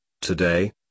Today